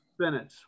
Spinach